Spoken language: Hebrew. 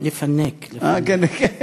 לפנק, לפנק.